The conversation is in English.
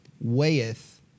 weigheth